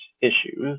issues